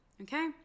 okay